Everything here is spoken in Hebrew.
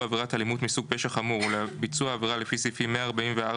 עבירת אלימות מסוג פשע חמור או לביצוע עבירה לפי סעיפים 144(א),